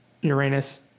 Uranus